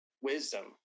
wisdom